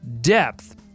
depth